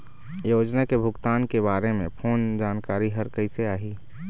योजना के भुगतान के बारे मे फोन जानकारी हर कइसे आही?